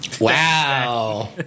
Wow